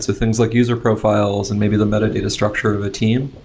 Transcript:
so things like user profiles and maybe the metadata structure of a team.